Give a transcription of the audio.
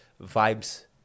vibes